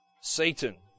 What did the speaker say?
Satan